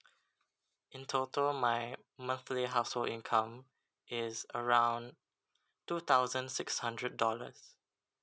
in total my monthly household income is around two thousand six hundred dollars